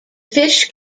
fish